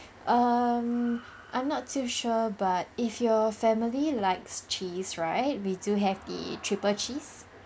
um I'm not too sure but if your family likes cheese right we do have the triple cheese